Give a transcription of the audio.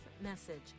message